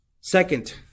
Second